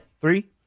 Three